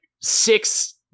six